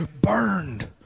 burned